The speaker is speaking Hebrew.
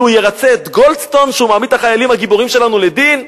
שהוא ירצה את גולדסטון כשהוא מעמיד את החיילים הגיבורים שלנו לדין?